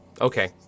Okay